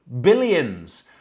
billions